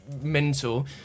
mental